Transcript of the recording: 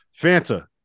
Fanta